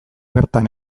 bertan